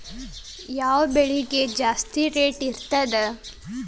ಯಾವ ಬೆಳಿಗೆ ಜಾಸ್ತಿ ರೇಟ್ ಇರ್ತದ?